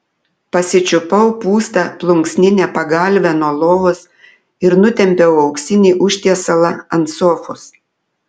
pasičiupau pūstą plunksninę pagalvę nuo lovos ir nutempiau auksinį užtiesalą ant sofos